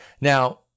Now